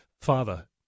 Father